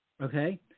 Okay